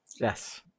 yes